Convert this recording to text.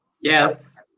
yes